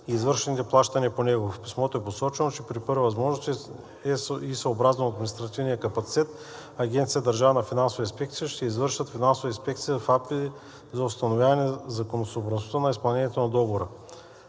и извършените плащания по него. В писмото е посочено, че при първа възможност и съобразно административния капацитет Агенция „Държавна финансова инспекция“ ще извърши финансова инспекция в АПИ за установяване на законосъобразността на изпълнението на договора.